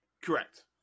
Correct